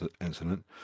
incident